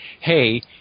hey